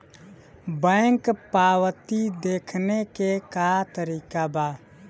Bank पवती देखने के का तरीका बा?